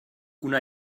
una